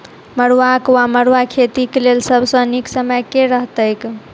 मरुआक वा मड़ुआ खेतीक लेल सब सऽ नीक समय केँ रहतैक?